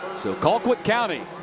so colquitt county.